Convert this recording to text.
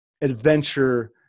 adventure